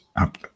up